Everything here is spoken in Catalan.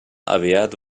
aviat